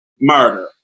murder